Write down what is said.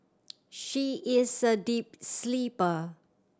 she is a deep sleeper